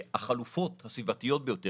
החלופות הסביבתיות ביותר,